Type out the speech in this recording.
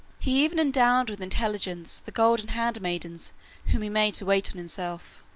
he even endowed with intelligence the golden handmaidens whom he made to wait on himself.